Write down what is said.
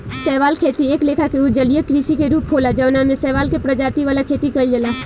शैवाल खेती एक लेखा के जलीय कृषि के रूप होला जवना में शैवाल के प्रजाति वाला खेती कइल जाला